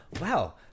Wow